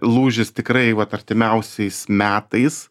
lūžis tikrai vat artimiausiais metais